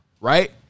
right